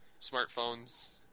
smartphones